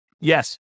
Yes